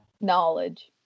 knowledge